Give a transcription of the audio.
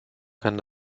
kann